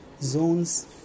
zones